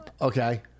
Okay